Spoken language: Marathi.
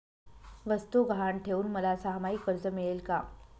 वस्तू गहाण ठेवून मला सहामाही कर्ज मिळेल का?